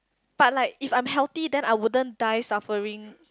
but like if I am healthy then I wouldn't die suffering